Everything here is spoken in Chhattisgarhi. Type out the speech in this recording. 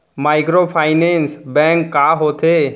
माइक्रोफाइनेंस बैंक का होथे?